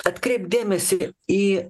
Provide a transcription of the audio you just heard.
atkreipk dėmesį į